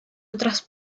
otras